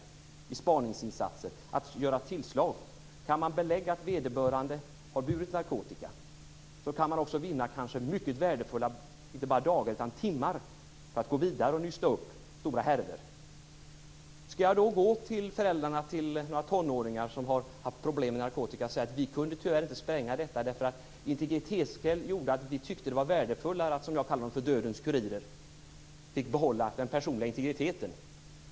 Det kan handla om spaningsinsatser för att kunna göra tillslag. Om man kan belägga att vederbörande har burit narkotika kan man kanske också vinna mycket värdefulla dagar och timmar för att gå vidare och nysta upp stora härvor. Skall jag gå till föräldrarna till några tonåringar som har haft problem med narkotika och säga att vi tyvärr inte kunde spränga den ligan därför att vi tyckte att det var värdefullare att dödens kurirer, som jag kallar dem, fick behålla den personliga integriteten?